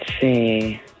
see